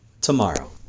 tomorrow